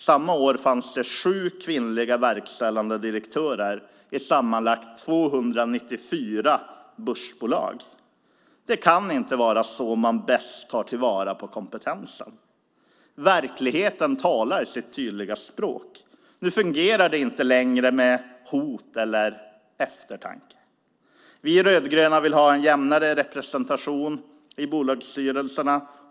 Samma år fanns det sju kvinnliga verkställande direktörer i sammanlagt 294 börsbolag. Det kan inte vara så man bäst tar till vara kompetensen. Verkligheten talar sitt tydliga språk. Nu fungerar det inte längre med hot eller eftertanke. Vi rödgröna vill ha en jämnare representation i bolagsstyrelserna.